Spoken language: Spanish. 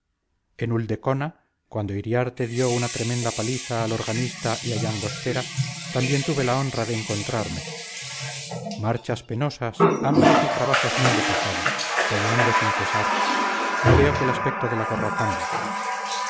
serrador en ulldecona cuando iriarte dio una tremenda paliza al organista y a llangostera también tuve la honra de encontrarme marchas penosas hambres y trabajos mil he pasado peleando sin cesar no veo que el aspecto de la guerra cambie